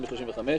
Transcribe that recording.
ב-(35),